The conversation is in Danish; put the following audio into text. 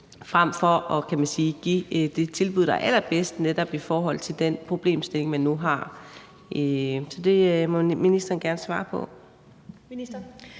man sige, give det tilbud, der er allerbedst netop i forhold til den problemstilling, man nu har. Så det må ministeren gerne svare på.